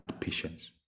patience